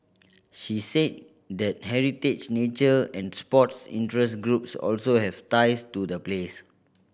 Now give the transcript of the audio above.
she said that heritage nature and sports interest groups also have ties to the place